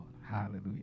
Hallelujah